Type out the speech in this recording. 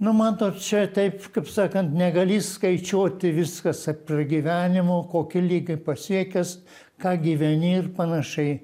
nu matot čia taip kaip sakant negali skaičiuoti viskas ant pragyvenimo kokį lygį pasiekęs ką gyveni ir panašiai